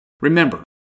Remember